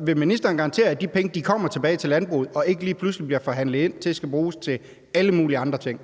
Vil ministeren garantere, at de penge kommer tilbage til landbruget og ikke lige pludselig indgår i forhandinger og skal bruges til alle mulige andre ting?